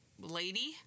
lady